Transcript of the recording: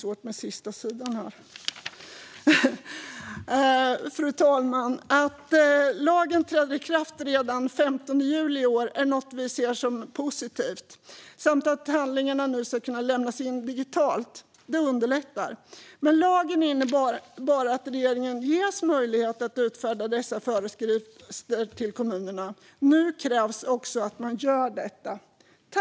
Fru talman! Att lagen träder i kraft redan den 15 juli i år är något som vi ser som positivt samt att handlingarna nu ska kunna lämnas in digitalt. Det underlättar. Men lagen innebär bara att regeringen ges möjlighet att utfärda dessa föreskrifter till kommunerna. Nu krävs också att man gör detta.